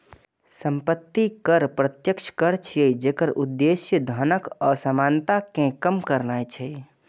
संपत्ति कर प्रत्यक्ष कर छियै, जेकर उद्देश्य धनक असमानता कें कम करनाय छै